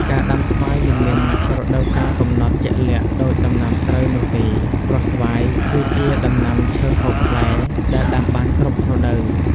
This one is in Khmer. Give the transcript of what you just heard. ការដាំស្វាយមិនមានរដូវកាលកំណត់ជាក់លាក់ដូចដំណាំស្រូវនោះទេ ព្រោះស្វាយគឺជាដំណាំឈើហូបផ្លែដែលដាំបានគ្រប់រដូវ។